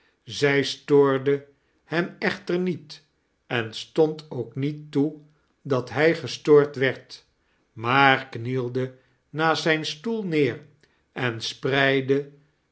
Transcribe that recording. zij stoorde hem echter niet en stood ook niet toe dat hij gestoord werd maar knielde naast zijn stoel neer en spreidde